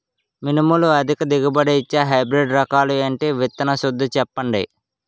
మినుములు అధిక దిగుబడి ఇచ్చే హైబ్రిడ్ రకాలు ఏంటి? విత్తన శుద్ధి చెప్పండి?